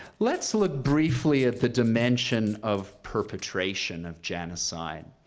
let's look briefly at the dimension of perpetration of genocide,